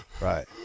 right